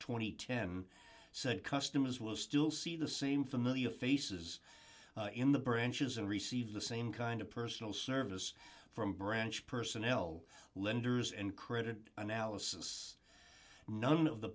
and ten said customers will still see the same familiar faces in the branches or receive the same kind of personal service from branch personnel lenders and credit analysis none of the